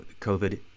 COVID